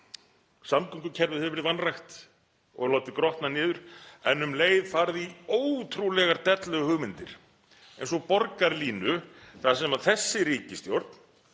Samgöngukerfið hefur verið vanrækt og látið grotna niður en um leið farið í ótrúlegar delluhugmyndir eins og borgarlínu þar sem þessi ríkisstjórn,